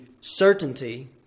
certainty